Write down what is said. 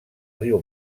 riu